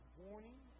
warning